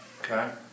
Okay